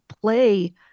play